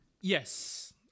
Yes